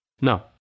no